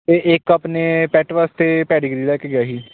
ਅਤੇ ਇੱਕ ਆਪਣੇ ਪੈਟ ਵਾਸਤੇ ਪੈਡੀਗੀਰੀ ਲੈ ਕੇ ਗਿਆ ਸੀ